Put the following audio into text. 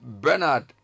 Bernard